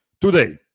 today